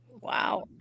wow